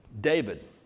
David